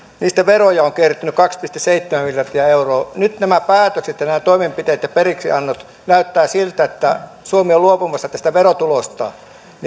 niistä veroja on kertynyt kaksi pilkku seitsemän miljardia euroa nyt nämä päätökset ja nämä toimenpiteet ja periksiannot näyttävät siltä että suomi on luopumassa tästä verotulosta